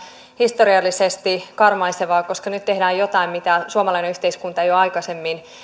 historiallisesti karmaisevaa koska nyt tehdään jotain mitä suomalainen yhteiskunta ei ole aikaisemmin